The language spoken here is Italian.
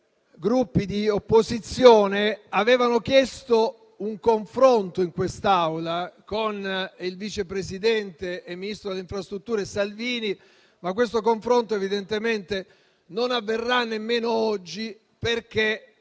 Gruppi di opposizione, aveva chiesto un confronto in quest'Aula con il vice presidente e ministro delle infrastrutture Salvini, che però evidentemente non avverrà nemmeno oggi, perché